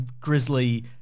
grizzly